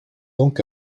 donc